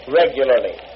regularly